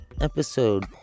episode